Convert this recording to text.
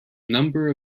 number